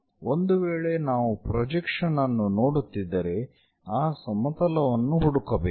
ಒಂದು ವೇಳೆ ನಾವು ಪ್ರೊಜೆಕ್ಷನ್ ಅನ್ನು ನೋಡುತ್ತಿದ್ದರೆ ಆ ಸಮತಲವನ್ನು ಹುಡುಕಬೇಕು